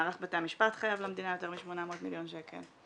מערך בתי המשפט חייב למדינה יותר מ-800 מיליון שקל.